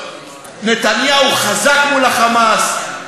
נתניהו חזק מול ה"חמאס".